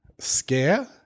Scare